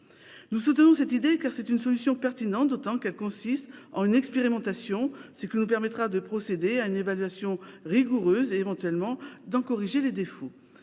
Nous soutenons cette idée, car c'est une solution pertinente, d'autant qu'elle consiste en une expérimentation, ce qui nous permettra de procéder à une évaluation rigoureuse, puis, éventuellement, d'en corriger les défauts.